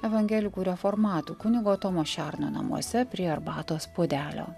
evangelikų reformatų kunigo tomo šerno namuose prie arbatos puodelio